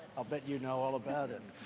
ah but you know all about it.